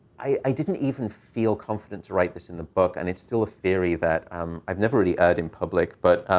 i didn't even feel confident to write this in the book, and it's still a theory that um i've never really heard in public, but